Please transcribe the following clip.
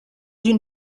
une